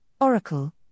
Oracle